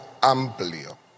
amplio